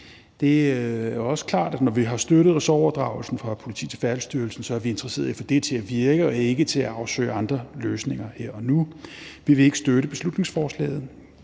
Det er også klart, at når vi har støttet ressortoverdragelsen fra politiet til Færdselsstyrelsen, så er vi interesseret i at få det til at virke og ikke i at afsøge andre løsninger her og nu. Vi vil ikke støtte beslutningsforslaget